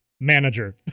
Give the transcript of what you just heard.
manager